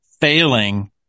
failing